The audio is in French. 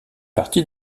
partie